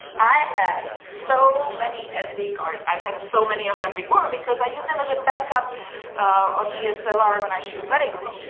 i have so many sd cards. i've had so many of them before because i use them as a back up on dslr when i shoot weddings.